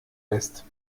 lässt